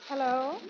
Hello